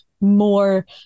more